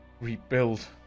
rebuild